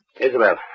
Isabel